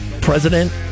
President